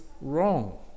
wrong